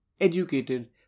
educated